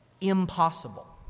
Impossible